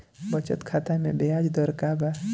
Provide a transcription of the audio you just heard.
बचत खाता मे ब्याज दर का बा?